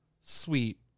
sweet